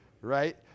Right